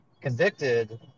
convicted